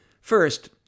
First